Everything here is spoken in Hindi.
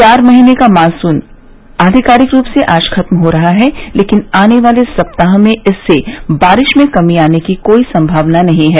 चार महीने का मॉनसून आधिकारिक रूप से आज खत्म हो रहा है लेकिन आने वाले सप्ताह में इससे बारिश में कमी आने की कोई संभावना नहीं है